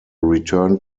return